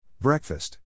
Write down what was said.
Breakfast